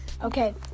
Okay